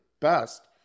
best